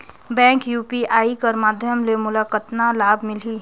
Bank UPI कर माध्यम ले मोला कतना लाभ मिली?